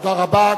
תודה רבה.